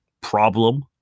problem